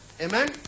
Amen